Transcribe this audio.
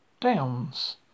Downs